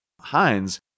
Heinz